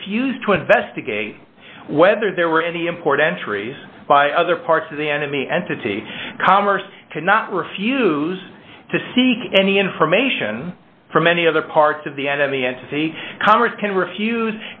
refuse to investigate whether there were any import entries by other parts of the enemy entity commerce cannot refuse to seek any information from any other parts of the enemy entity congress can refuse